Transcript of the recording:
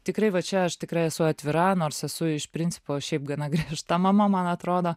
tikrai va čia aš tikrai esu atvira nors esu iš principo šiaip gana griežta mama man atrodo